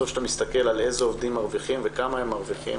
בסוף כשאתה מסתכל איזה עובדים מרוויחים וכמה הם מרוויחים,